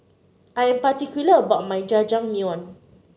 I'm particular about my Jajangmyeon